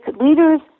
Leaders